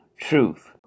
Truth